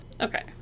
Okay